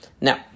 Now